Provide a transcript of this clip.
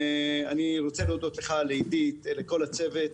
אני מודה לך, לעידית ולכל הצוות.